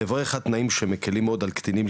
נברר על תנאים שמקלים מאוד על קטינים,